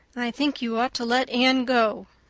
i think you ought to let anne go,